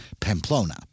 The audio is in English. Pamplona